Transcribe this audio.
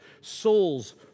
souls